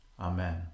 Amen